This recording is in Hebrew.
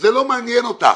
זה לא מעניין אותך.